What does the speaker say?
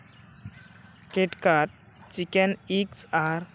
ᱠᱮᱴᱠᱟᱴ chicken ᱤᱠᱥ ᱟᱨ